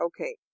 Okay